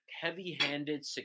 heavy-handed